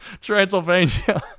Transylvania